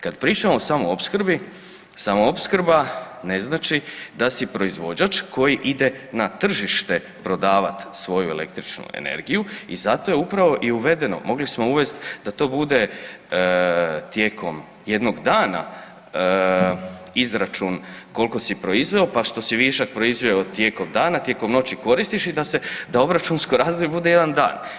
Kad pričamo o samoopskrbi, samoopskrba ne znači da si proizvođač koji ide na tržište prodavati svoju električnu energiju i zato je upravo i uvedeno, mogli smo uvesti da to bude tijekom jednog dana, izračun koliko si proizveo, pa što si višak proizveo tijekom dana, tijekom noći koristiš i da obračunsko razdoblje bude 1 dan.